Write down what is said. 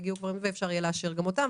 ואפשר יהיה לאשר גם אותן.